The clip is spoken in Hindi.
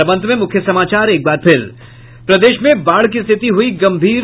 और अब अंत में मुख्य समाचार प्रदेश में बाढ़ की स्थिति हुयी गंभीर